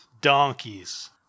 Donkeys